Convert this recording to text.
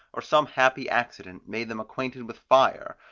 or some happy accident made them acquainted with fire,